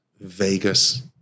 Vegas